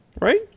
right